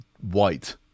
white